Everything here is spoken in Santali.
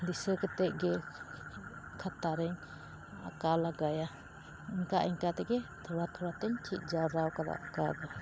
ᱫᱤᱥᱟᱹ ᱠᱟᱛᱮᱫ ᱜᱮ ᱠᱷᱟᱛᱟ ᱨᱤᱧ ᱟᱸᱠᱟᱣ ᱞᱮᱜᱟᱭᱟ ᱚᱝᱠᱟ ᱤᱱᱠᱟ ᱛᱮᱜᱮ ᱛᱷᱚᱲᱟ ᱛᱷᱚᱲᱟ ᱛᱤᱧ ᱪᱮᱫ ᱡᱟᱣᱨᱟᱣ ᱠᱟᱫᱟ ᱟᱸᱠᱟᱣ ᱫᱚ